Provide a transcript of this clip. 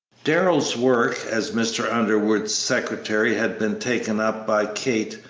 darrell's work as mr. underwood's secretary had been taken up by kate,